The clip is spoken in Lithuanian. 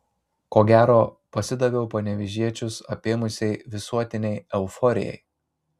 ko gero pasidaviau panevėžiečius apėmusiai visuotinei euforijai